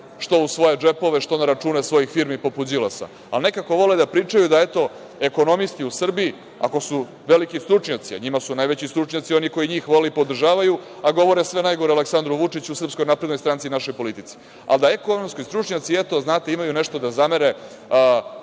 što u svoje džepove, što na račune svojih firmi, poput Đilasa, ali nekako vole da pričaju da, eto, ekonomisti u Srbiji ako su veliki stručnjaci, a njima su najveći stručnjaci oni koji njih vole i podržavaju, a govore sve najgore o Aleksandru Vučiću i SNS i našoj politici, ali da ekonomski stručnjaci, eto, znate, imaju nešto da zamere